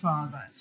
Father